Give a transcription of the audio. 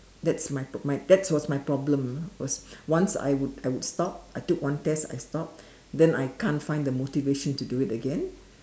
that's my my that was my problem ah was once I would I would stop I take one test I stop then I can't find the motivation to do it again